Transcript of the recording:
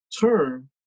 term